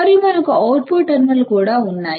మరియు మనకు output terminal కూడా ఉంది